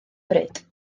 bryd